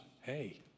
hey